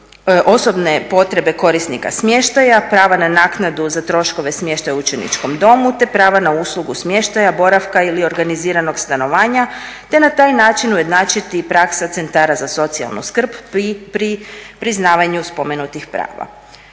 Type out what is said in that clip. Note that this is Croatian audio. osobne potrebe korisnika smještaja, prava na naknadu za troškove smještaja u učeničkom domu te prava na uslugu smještaja, boravka ili organiziranog stanovanja te na taj način ujednačiti i praksa centara za socijalnu skrb pri priznavanju spomenutih prava.